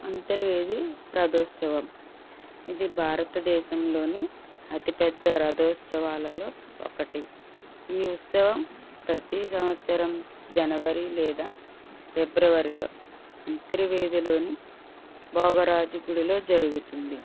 అంతర్వేది రథోత్సవం ఇది భారతదేశంలోని అతిపెద్ద రథోత్సవాలలో ఒకటి ఈ ఉత్సవం ప్రతి సంవత్సరం జనవరి లేదా ఫిబ్రవరిలో అంతర్వేదిలోని భోగరాజు గుడిలో జరుగుతుంది